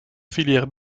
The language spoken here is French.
filière